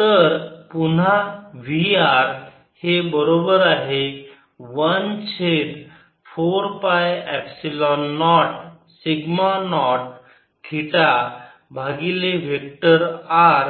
तर पुन्हा V r हे बरोबर आहे 1 छेद 4 पाय epsilon naught sigma naught theta भागिले वेक्टर r